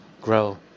grow